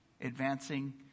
advancing